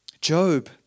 Job